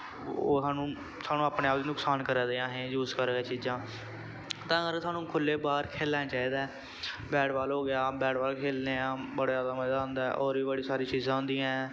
ओह् सानू सानू अपने आप गी नुकसान करा दे आं असें यूज कर के चीजां तां करके सानू खुल्ले बाह्र खेलना चाहिदा ऐ बाल हो गेआ बाल खेलने आं बड़ा ज्यादा मज़ा आंदा ऐ होर बी बड़ी सारी चीजां होंदियां ऐं